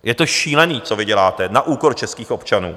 Je to šílený, co vy děláte na úkor českých občanů.